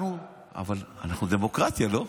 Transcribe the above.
אבל אנחנו דמוקרטיה, לא?